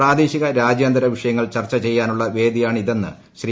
പ്രാദേശിക രാജ്യാന്തര വിഷയങ്ങൾ ചർച്ച ചെയ്യാനുള്ള വേദിയാണിതെന്ന് ശ്രീ